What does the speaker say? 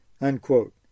unquote